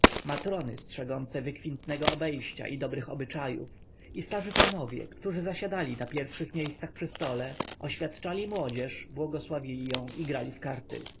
domów matrony strzegące wykwintnego obejścia i dobrych obyczajów i starzy panowie którzy zasiadali na pierwszych miejscach przy stole oświadczali młodzież błogosławili ją i grywali w karty